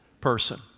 person